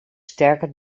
sterker